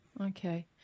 okay